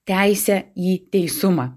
teisę į teisumą